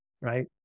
right